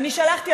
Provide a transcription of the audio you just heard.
אני שלחתי,